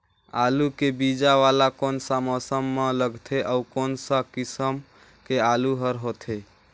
आलू के बीजा वाला कोन सा मौसम म लगथे अउ कोन सा किसम के आलू हर होथे?